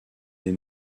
des